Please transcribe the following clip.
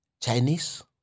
Chinese